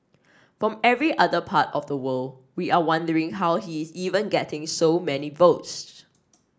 from every other part of the world we are wondering how he is even getting so many votes